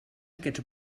aquests